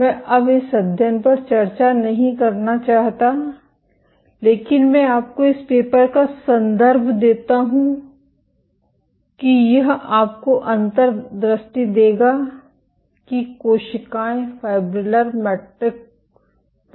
मैं अब इस अध्ययन पर चर्चा नहीं करना चाहता लेकिन मैं आपको इस पेपर का संदर्भ देता हूं कि यह आपको अंतर्दृष्टि देगा कि कोशिकाएं फाइब्रिलर मैट्रिस पर कैसे जाती हैं